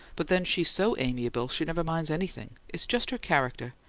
but then she's so amiable she never minds anything. it's just her character.